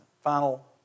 final